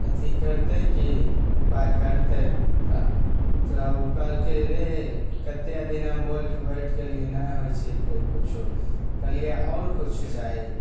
अथी करतै कि उपाय करतै तऽ तऽ ओ कहलकै रे कतेक दिन हम बोलिके बैठि गेलिए नहि होइ छिकै किछु कहलिए आओर किछु चाही